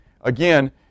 Again